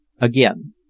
again